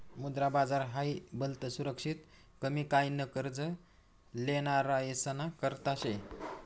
मुद्रा बाजार हाई भलतं सुरक्षित कमी काय न कर्ज लेनारासना करता शे